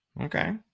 okay